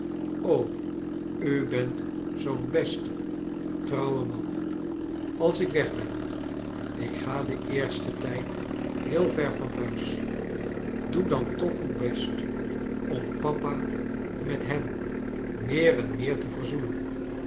u bent zoo'n beste trouwe man i als ik weg ben ik ga den eersten tijd heel ver van huis doe dan toch uw best om papa met hem meer en meer te verzoenen